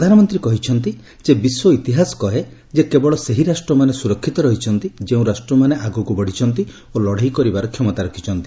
ପ୍ରଧାନମନ୍ତ୍ରୀ କହିଛନ୍ତି ଯେ ବିଶ୍ୱ ଇତିହାସ କହେ ଯେ କେବଳ ସେହି ରାଷ୍ଟ୍ରମାନେ ସୁରକ୍ଷିତ ରହିଛନ୍ତି ଯେଉଁ ରାଷ୍ଟ୍ରମାନେ ଆଗକୁ ବଢିଛନ୍ତି ଓ ଲଢେଇ କରିବାର କ୍ଷମତା ରଖିଛନ୍ତି